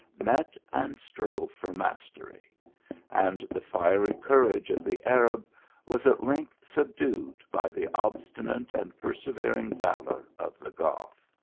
met and strove for mastery and the fiery courage of the arab was at length subdued by the obstinate and persevering valour of the goth.